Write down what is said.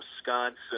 Wisconsin